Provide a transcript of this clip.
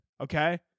Okay